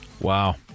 wow